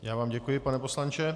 Já vám děkuji, pane poslanče.